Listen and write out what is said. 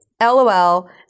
LOL